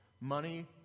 Money